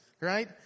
right